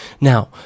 Now